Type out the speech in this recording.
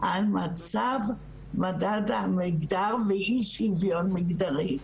על מצב מדד המגדר ואי שוויון מגדרי.